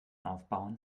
aufbauen